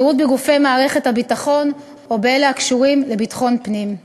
שירות בגופי מערכת הביטחון או באלה הקשורים לביטחון הפנים.